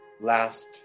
last